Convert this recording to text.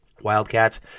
Wildcats